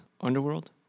underworld